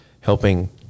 helping